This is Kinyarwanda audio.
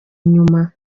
inyuma